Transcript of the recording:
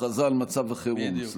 הכרזה על מצב החירום.